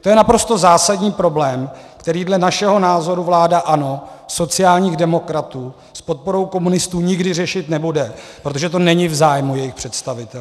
To je naprosto zásadní problém, který dle našeho názoru vláda ANO, sociálních demokratů s podporou komunistů nikdy řešit nebude, protože to není v zájmu jejích představitelů.